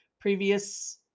previous